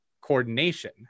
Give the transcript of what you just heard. coordination